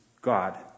God